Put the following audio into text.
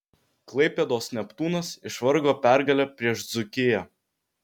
klaipėdos neptūnas išvargo pergalę prieš dzūkiją